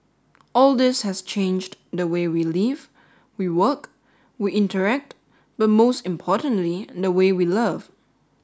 all this has changed the way we live we work we interact but most importantly the way we love